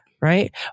Right